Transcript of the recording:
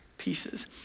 pieces